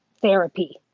therapy